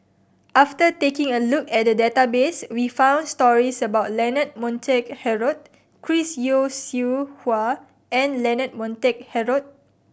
after taking a look at the database we found stories about Leonard Montague Harrod Chris Yeo Siew Hua and Leonard Montague Harrod